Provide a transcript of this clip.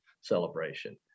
celebration